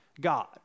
God